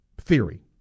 theory